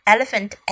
Elephant